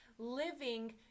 living